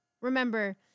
Remember